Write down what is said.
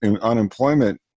unemployment